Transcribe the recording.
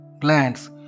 plants